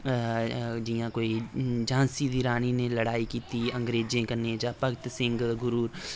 जि'यां कोई झांसी दी रानी ने लड़ाई कीती अंग्रेजें कन्नै जां भगत सिंह गुरु